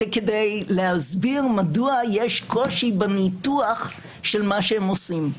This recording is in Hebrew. זה כדי להסביר מדוע יש קושי בניתוח של מה שהם עושים.